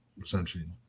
essentially